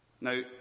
Now